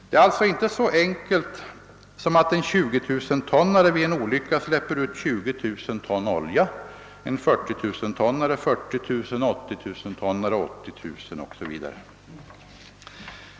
Det är alltså inte så enkelt som att en 20 000-tonnare vid en olycka släpper ut 20000 ton olja, en 40 000 tonnare 40000 och en 80 000-tonnare 80 000 0. s. v.